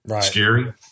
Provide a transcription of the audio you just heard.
scary